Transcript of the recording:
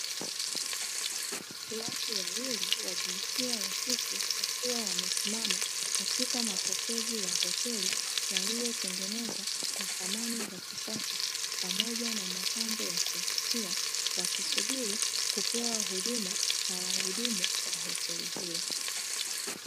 Watu wawili wa jinsia ya kike wakiwa wamesimama katika mapokezi ya hoteli yaliyotengenezwa kwa samani za kisasa pamoja na mapambo ya kuvutia, wakisubiri kupewa huduma na wahudumu wa hoteli hiyo.